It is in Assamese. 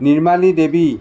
নিৰ্মালী দেৱী